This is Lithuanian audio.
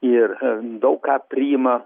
ir daug ką priima